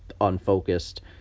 unfocused